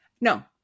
No